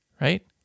right